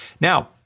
Now